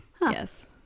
Yes